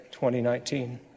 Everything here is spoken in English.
2019